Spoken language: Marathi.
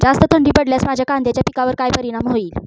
जास्त थंडी पडल्यास माझ्या कांद्याच्या पिकावर काय परिणाम होईल?